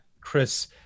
Chris